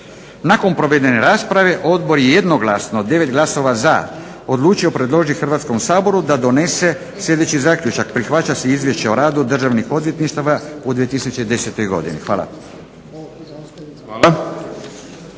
Nakon provedene rasprave Odbor je jednoglasno 9 glasova za, odlučio predložiti Hrvatskom saboru da donese sljedeći zaključak: Prihvaća se Izvješće o radu Državnih odvjetništava u 2010. godini. Hvala.